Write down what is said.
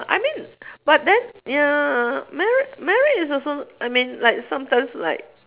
I mean but then ya marri~ married is also I mean like sometimes like